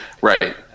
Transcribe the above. Right